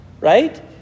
right